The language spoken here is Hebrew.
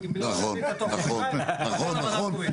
נכון, נכון.